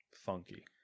funky